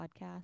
podcast